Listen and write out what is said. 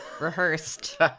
rehearsed